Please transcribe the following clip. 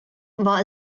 war